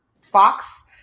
Fox